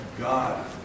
God